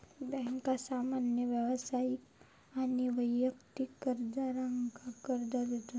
बँका सामान्य व्यावसायिक आणि वैयक्तिक कर्जदारांका कर्ज देतत